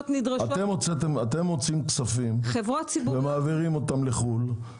אתם מוציאים כספים ומעבירים אותם לחוץ לארץ.